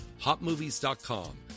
HotMovies.com